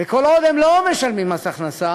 וכל עוד הם לא משלמים מס הכנסה,